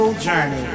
journey